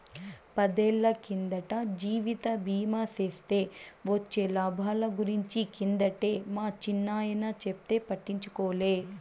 పదేళ్ళ కిందట జీవిత బీమా సేస్తే వొచ్చే లాబాల గురించి కిందటే మా చిన్నాయన చెప్తే పట్టించుకోలే